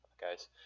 guys